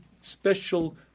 special